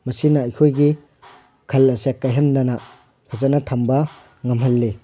ꯃꯁꯤꯅ ꯑꯩꯈꯣꯏꯒꯤ ꯈꯜ ꯑꯁꯦ ꯀꯥꯏꯍꯟꯗꯅ ꯐꯖꯅ ꯊꯝꯕ ꯉꯝꯍꯜꯂꯤ